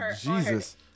Jesus